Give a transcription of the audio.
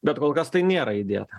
bet kol kas tai nėra įdėta